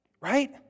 right